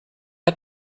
hat